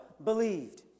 believed